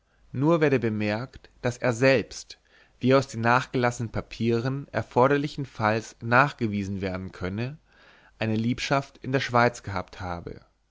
nur werde bemerkt daß er selbst wie aus den nachgelassenen papieren erforderlichen falls nachgewiesen werden könne eine liebschaft in der schweiz gehabt habe